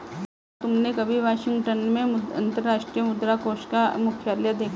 क्या तुमने कभी वाशिंगटन में अंतर्राष्ट्रीय मुद्रा कोष का मुख्यालय देखा है?